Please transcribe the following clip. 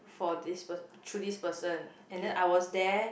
for this pers~ through this person and then I was there